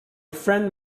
friend